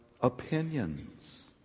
opinions